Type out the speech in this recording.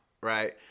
right